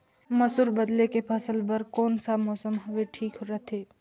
मसुर बदले के फसल बार कोन सा मौसम हवे ठीक रथे?